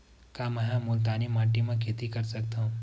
का मै ह मुल्तानी माटी म खेती कर सकथव?